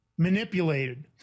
manipulated